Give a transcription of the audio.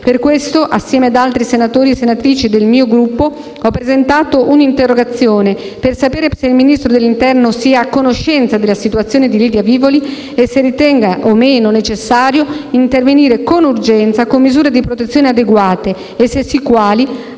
Per questo, assieme ad altri senatori e senatrici del mio Gruppo, ho presentato un'interrogazione per sapere se il Ministro dell'interno sia a conoscenza della situazione di Lidia Vivoli e se ritenga o meno necessario intervenire con urgenza con misure di protezione adeguate e, se sì, quali,